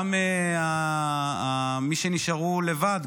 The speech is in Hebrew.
גם מי שנשארו לבד,